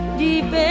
deep